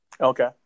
Okay